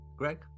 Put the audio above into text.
Greg